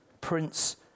Prince